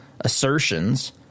assertions